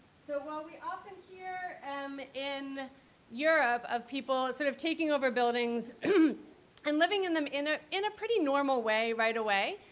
so what we often hear um in europe of people sort of taking over buildings and living in them in ah in a pretty normal way right away.